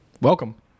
welcome